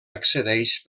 accedeix